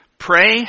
pray